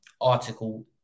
article